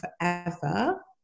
forever